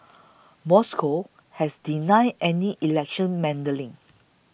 Moscow has denied any election meddling